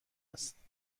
است